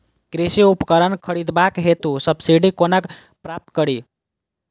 कृषि उपकरण खरीदबाक हेतु सब्सिडी कोना प्राप्त कड़ी?